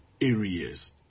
areas